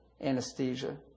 anesthesia